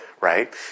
right